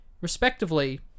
respectively